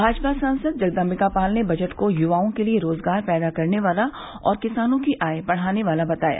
भाजपा सांसद जगदम्बिका पाल ने बजट को युवाओं के लिये रोजगार पैदा करने वाला और किसानों की आय बढ़ाने वाला बताया